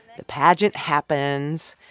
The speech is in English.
the pageant happens.